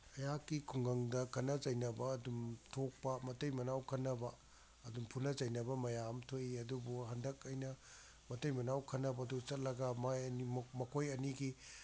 ꯑꯩꯍꯥꯛꯀꯤ ꯈꯨꯡꯒꯪꯗ ꯈꯠꯅ ꯆꯩꯅꯕ ꯑꯗꯨꯝ ꯊꯣꯛꯄ ꯃꯇꯩ ꯃꯅꯥꯎ ꯈꯠꯅꯕ ꯑꯗꯨꯝ ꯐꯨꯅ ꯆꯩꯅꯕ ꯃꯌꯥꯝ ꯊꯣꯛꯏ ꯑꯗꯨꯕꯨ ꯍꯟꯗꯛ ꯑꯩꯅ ꯃꯇꯩ ꯃꯅꯥꯎ ꯈꯠꯅꯕꯗꯨ ꯆꯠꯂꯒ ꯃꯣꯏ ꯑꯅꯤ ꯃꯈꯣꯏ ꯑꯅꯤꯒꯤ